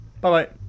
Bye-bye